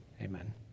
Amen